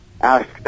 ask